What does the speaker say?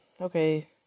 okay